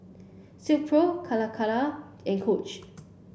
Silkpro Calacara and Coach